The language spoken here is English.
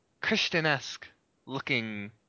Christian-esque-looking